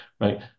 right